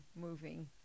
moving